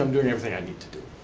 um doing everything i need to do.